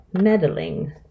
meddling